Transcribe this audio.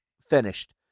finished